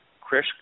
Chris